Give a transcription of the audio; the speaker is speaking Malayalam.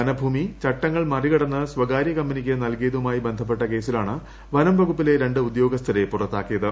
വനഭൂമി ചട്ടങ്ങൾ മറികടന്ന് സ്വകാര്യ കമ്പനിക്ക് നൽകിയതുമായി ബന്ധപ്പെട്ട കേസിലാണ് വനംവകുപ്പിലെ രണ്ട് ഉദ്യോഗസ്ഥരെ പുറത്താക്കിയത്